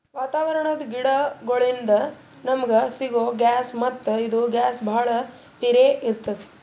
ವಾತಾವರಣದ್ ಗಿಡಗೋಳಿನ್ದ ನಮಗ ಸಿಗೊ ಗ್ಯಾಸ್ ಮತ್ತ್ ಇದು ಗ್ಯಾಸ್ ಭಾಳ್ ಪಿರೇ ಇರ್ತ್ತದ